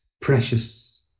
precious